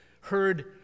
heard